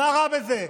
מה רע בזה?